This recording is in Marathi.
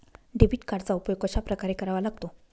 डेबिट कार्डचा उपयोग कशाप्रकारे करावा लागतो?